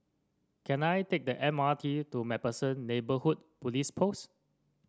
can I take the M R T to MacPherson Neighbourhood Police Post